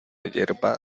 yerba